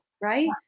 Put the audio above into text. Right